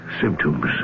symptoms